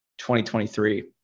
2023